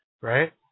right